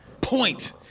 Point